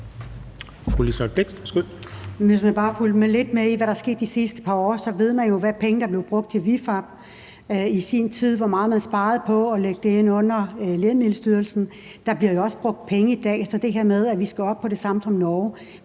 Hvis man bare har fulgt lidt med i, hvad der er sket de sidste par år, så ved man jo, hvor mange penge der i sin tid blev brugt på ViFAB, og hvor meget man sparede på at lægge det ind under Lægemiddelstyrelsen. Der bliver jo også brugt penge i dag. Man praler af, at man har noget